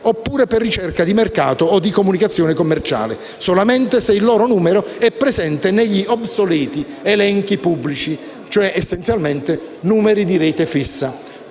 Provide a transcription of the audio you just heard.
oppure per ricerche di mercato o di comunicazione commerciale, solamente se il loro numero è presente negli obsoleti elenchi pubblici e cioè essenzialmente per numeri di rete fissa.